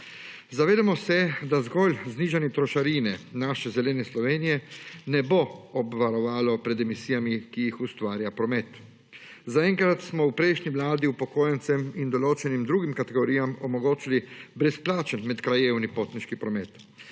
Zavedamo se, da zgolj znižanje trošarine naše zelene Slovenije ne bo obvarovalo pred emisijami, ki jih ustvarja promet. Za enkrat smo v prejšnji Vladi upokojencem in določenim drugim kategorijam omogočili brezplačni medkrajevni potniški promet.